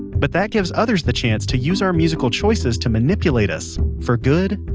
but that gives others the chance to use our musical choices to manipulate us, for good,